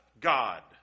God